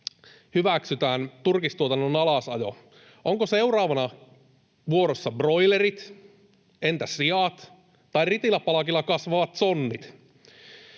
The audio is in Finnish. hyväksytään turkistuotannon alasajo. Ovatko seuraavana vuorossa broilerit? Entä siat tai ritiläpalkilla kasvavat sonnit?